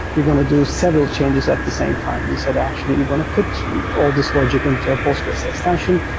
we're going to do several changes at the same time. we said, actually, we're going to put all these logic into a postgres extension.